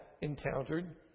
encountered